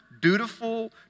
dutiful